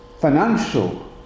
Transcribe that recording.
financial